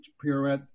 pirouette